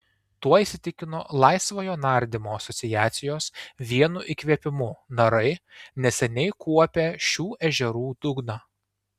tuo įsitikino laisvojo nardymo asociacijos vienu įkvėpimu narai neseniai kuopę šių ežerų dugną